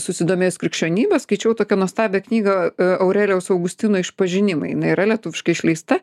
susidomėjus krikščionybės skaičiau tokią nuostabią knygą aurelijaus augustino išpažinimai yra lietuviškai išleista